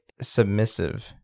submissive